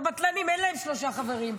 הבטלנים, אין להם שלושה חברים.